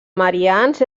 marians